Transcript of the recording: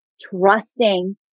trusting